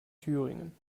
thüringen